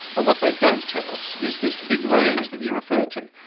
but what they don't tell us is this big range that you refer to.